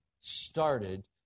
started